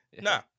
Nah